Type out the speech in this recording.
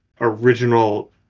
original